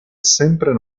sempre